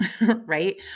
right